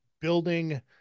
building